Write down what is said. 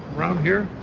round here,